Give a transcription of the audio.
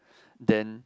then